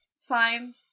fine